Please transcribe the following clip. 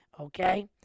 Okay